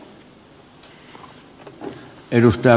arvoisa puhemies